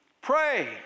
Pray